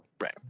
right